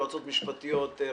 יועצות משפטיות,